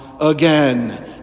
again